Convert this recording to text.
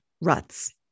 ruts